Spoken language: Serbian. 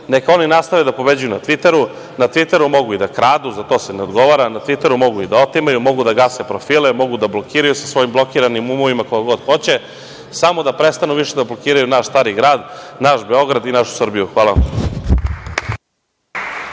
Neka oni nastave da pobeđuju na „Tviteru“, na „Tviteru“ mogu i da kradu, za to se ne odgovara, na „Tviteru“ mogu i da otimaju, da gase profile, da blokiraju sa svojim blokiranim umovima, kako god hoće, samo da prestanu više da blokiraju naš Stari grad, naš Beograd i našu Srbiju. Hvala vam.